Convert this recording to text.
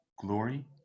glory